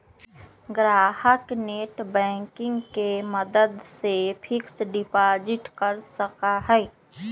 ग्राहक नेटबैंकिंग के मदद से फिक्स्ड डिपाजिट कर सका हई